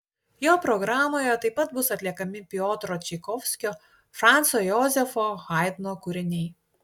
jo programoje taip pat bus atliekami piotro čaikovskio franco jozefo haidno kūriniai